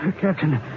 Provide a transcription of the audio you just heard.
Captain